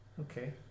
Okay